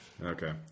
Okay